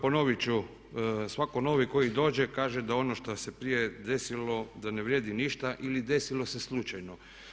ponovit ću svako novi koji dođe kaže da ono što se prije desilo da ne vrijedi ništa ili desilo se slučajno.